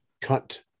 Cut